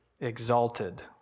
exalted